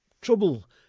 Trouble